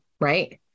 right